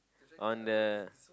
on the